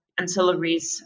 ancillaries